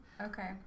Okay